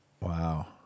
Wow